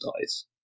dies